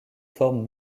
forme